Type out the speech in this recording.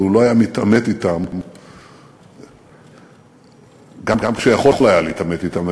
אבל הוא לא היה מתעמת אתם גם כשיכול היה להתעמת אתם,